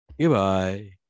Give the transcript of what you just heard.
Goodbye